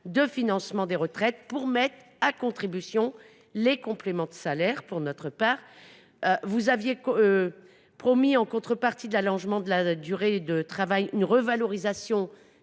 de financement des retraites pour mettre à contribution les compléments de salaire. Madame la ministre, madame la rapporteure, vous aviez promis, en contrepartie de l’allongement de la durée de travail, une revalorisation